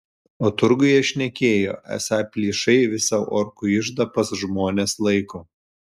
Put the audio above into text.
o turguje šnekėjo esą plyšai visą orkų iždą pas žmones laiko